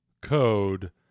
code